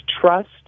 trust